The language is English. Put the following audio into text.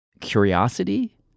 curiosity